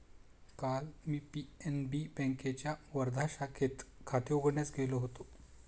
काल मी पी.एन.बी बँकेच्या वर्धा शाखेत खाते उघडण्यास गेलो होतो